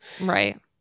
right